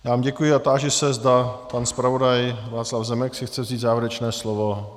Já vám děkuji a táži se, zda pan zpravodaj Václav Zemek si chce vzít závěrečné slovo.